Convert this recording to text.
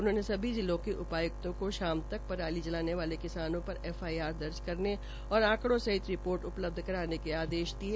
उन्होने सभी जिलों के उपायुक्तों को शाम तक पराली जलाने वाले किसानों पर एफआईआर दर्ज किये जाने का आंकडों सहित रिपोर्ट उपलब्ध करने के भी आदेश दिये